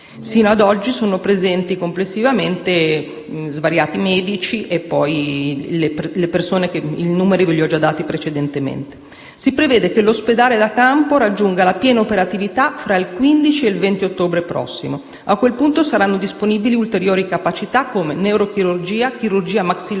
Fino ad oggi sono presenti complessivamente svariati medici (i numeri ve li ho già dati precedentemente). Si prevede che l'ospedale da campo raggiunga la piena operatività tra il 15 e il 20 ottobre prossimo. A quel punto saranno disponibili ulteriori capacità come: neurochirurgia, chirurgia maxillofacciale